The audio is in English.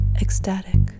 ecstatic